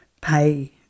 pay